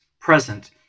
present